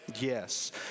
Yes